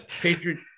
Patriot